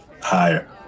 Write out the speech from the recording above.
higher